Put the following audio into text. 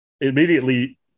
immediately